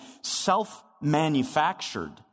self-manufactured